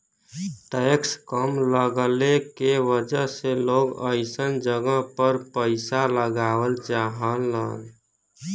tax कम लगले के वजह से लोग अइसन जगह पर पइसा लगावल चाहलन